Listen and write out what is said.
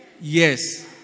yes